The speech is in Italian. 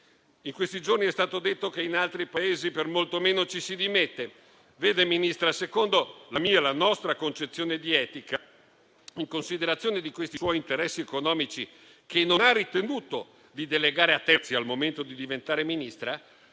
In questi giorni è stato detto che in altri Paesi per molto meno ci si dimette. Vede, signora Ministra, secondo la mia e la nostra concezione di etica, in considerazione dei suoi interessi economici, che non ha ritenuto di delegare a terzi al momento di diventare Ministra,